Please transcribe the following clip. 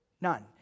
None